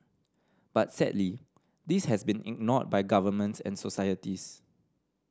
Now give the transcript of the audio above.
but sadly this has been ignored by governments and societies